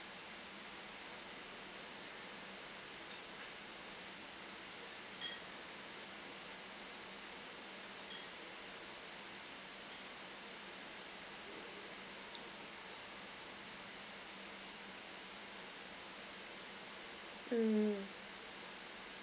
mm